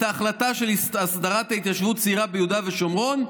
ההחלטה של הסדרת התיישבות צעירה ביהודה ושומרון,